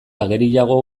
ageriago